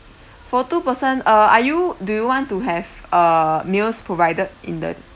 for two person uh are you do you want to have uh meals provided in the